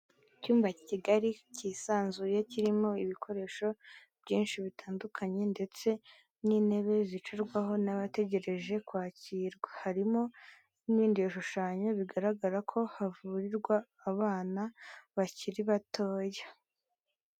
Icyumba kigari kisanzuye, kirimo ibikoresho byinshi bitandukanye ndetse n'intebe zicurwaho n'abategereje kwakirwa, harimo n'ibindi bishushanyo bigaragara ko havurirwa abana bakiri batoya.